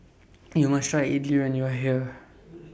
YOU must Try Idili when YOU Are here